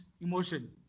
emotion